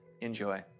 enjoy